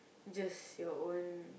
just your own